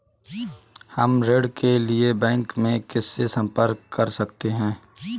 हम ऋण के लिए बैंक में किससे संपर्क कर सकते हैं?